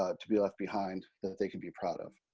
ah to be left behind, that they can be proud of.